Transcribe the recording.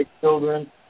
children